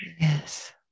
Yes